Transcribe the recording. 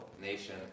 nation